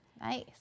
nice